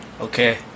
Okay